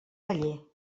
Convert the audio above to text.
paller